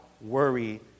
worry